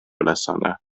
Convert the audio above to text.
ülesanne